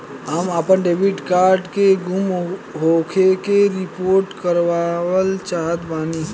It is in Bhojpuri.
हम आपन डेबिट कार्ड के गुम होखे के रिपोर्ट करवाना चाहत बानी